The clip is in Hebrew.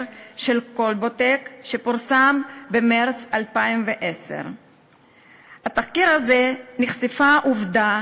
של "כלבוטק" שפורסם במרס 2010. בתחקיר הזה נחשפה העובדה